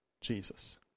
Jesus